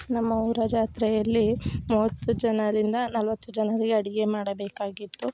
ನಮ್ಮ ಊರ ಜಾತ್ರೆಯಲ್ಲಿ ಮೂವತ್ತು ಜನರಿಂದ ನಲ್ವತ್ತು ಜನರಿಗೆ ಅಡುಗೆ ಮಾಡಬೇಕಾಗಿತ್ತು